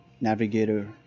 navigator